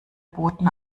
boten